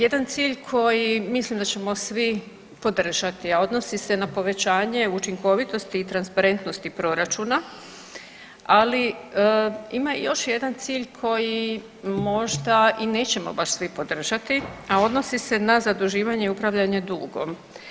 Jedan cilj koji mislim da ćemo svi podržati, a odnosi se na povećanje učinkovitosti i transparentnosti proračuna, ali ima još jedan cilj koji možda i nećemo baš svi podržati, a odnosi se na zaduživanje i upravljanje dugom.